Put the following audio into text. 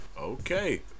Okay